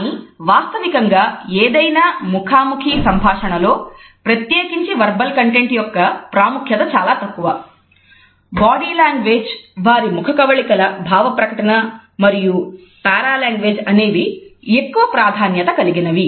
కానీ వాస్తవికంగా ఏదైనా ముఖాముఖీ సంభాషణలో ప్రత్యేకించి వెర్బల్ కంటెంట్ యొక్క ప్రాముఖ్యత చాలా తక్కువ బాడీ లాంగ్వేజ్ వారి ముఖ కవళికల భావ ప్రకటన మరియు పారా లాంగ్వేజ్ అనేవి ఎక్కువ ప్రాధాన్యత కలిగినవి